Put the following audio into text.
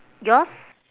yours